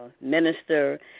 minister